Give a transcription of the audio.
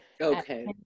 Okay